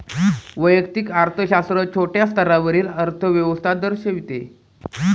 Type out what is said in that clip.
वैयक्तिक अर्थशास्त्र छोट्या स्तरावरील अर्थव्यवस्था दर्शविते